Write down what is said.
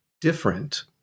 different